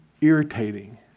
irritating